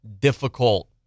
difficult